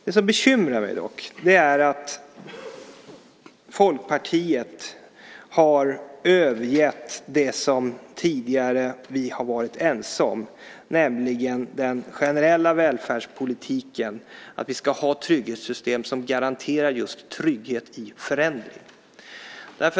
Det som dock bekymrar mig är att Folkpartiet har övergett det som vi tidigare har varit ense om, nämligen den generella välfärdspolitiken, att vi ska ha trygghetssystem som garanterar just trygghet i förändring.